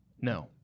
no